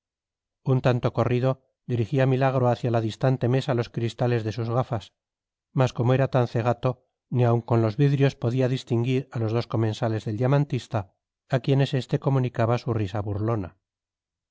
un tanto corrido dirigía milagro hacia la distante mesa los cristales de sus gafas mas como era tan cegato ni aun con los vidrios podía distinguir a los dos comensales del diamantista a quienes este comunicaba su risa burlona